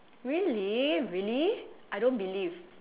really really I don't believe